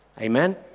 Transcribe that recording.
Amen